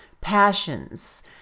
passions